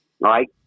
Right